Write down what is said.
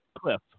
Cliff